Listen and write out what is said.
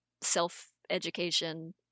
self-education